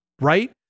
right